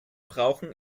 brauchen